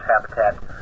habitat